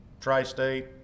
Tri-State